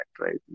right